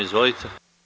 Izvolite.